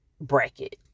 bracket